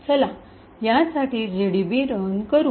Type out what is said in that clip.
चला यासाठी GDB run करू